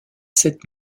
sept